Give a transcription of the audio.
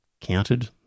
counted